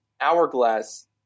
Hourglass